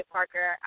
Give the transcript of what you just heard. Parker